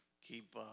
keep